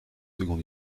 seconde